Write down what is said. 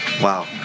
Wow